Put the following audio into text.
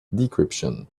decryption